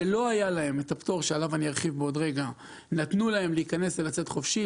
שלא היה להם הפטור, נתנו להיכנס ולצאת חופשי.